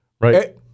Right